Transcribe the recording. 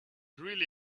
really